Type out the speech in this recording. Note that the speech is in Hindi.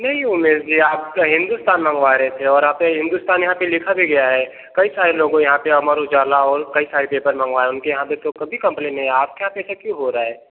नहीं उमेश जी आप तो हिन्दुस्तान मंगवा रहे थे और आपने हिन्दुस्तान यहाँ लिखा भी गया है कई सारे लोगों यहाँ पे अमर उजाला और कई सारे पेपर मंगवाए उनके यहाँ भी कभी कंप्लेन नहीं आया आपके साथ ऐसा क्यों हो रहा है